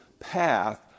path